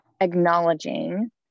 acknowledging